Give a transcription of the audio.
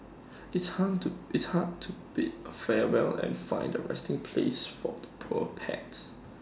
it's hard to it's hard to bid A farewell and find A resting place for the poor pets